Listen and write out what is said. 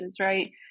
right